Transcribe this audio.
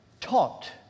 taught